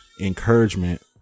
encouragement